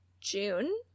June